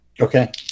Okay